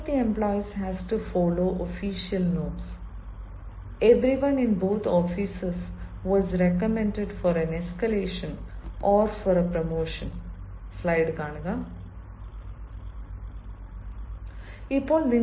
ഇച് of the employees has to follow official norms everyone in both offices was recommended for an escalation or for a promotion of the employees has to follow official norms everyone in both offices was recommended for an escalation or for a promotion